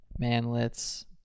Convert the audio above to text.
manlets